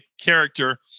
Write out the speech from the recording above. character